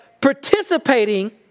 participating